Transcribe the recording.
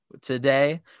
today